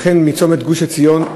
וכן בצומת גוש-עציון,